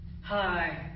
Hi